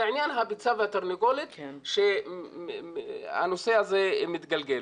זה עניין הביצה והתרנגולת שהנושא הזה מתגלגל.